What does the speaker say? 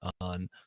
on